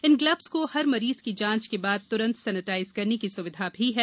इन gloves को हर मरीज की जांच के बाद तुरंत सेनेटाइज करने की सुविधा भी है